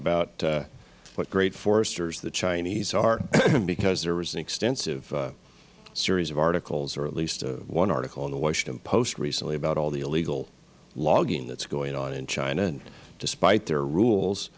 about what great foresters the chinese are because there was an extensive series of articles or at least one article in the washington post recently about all the illegal logging that's going on in china and despite their rules